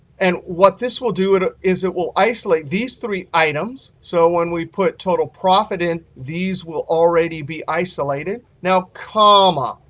and what this will do is it will isolate these three items. so when we put total profit in, these will already be isolated. now comma,